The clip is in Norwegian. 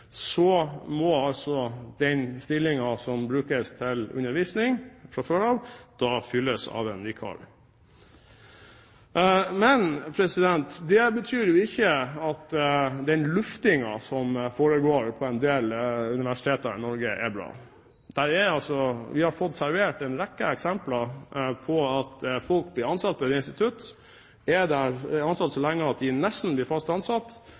må den stillingen som brukes til undervisning fra før, fylles av en vikar. Men det betyr ikke at den luftingen som foregår på en del universiteter i Norge, er bra. Vi har fått servert en rekke eksempler på at folk blir ansatt på et institutt, er der så lenge at de nesten blir fast ansatt,